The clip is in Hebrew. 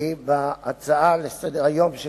כבהצעה לסדר-היום של